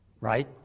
right